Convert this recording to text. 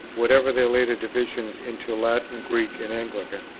whatever their later divisions into latin, greek, and anglican.